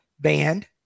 band